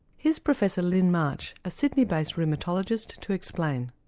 here's professor lyn march, a sydney-based rheumatologist, to explain.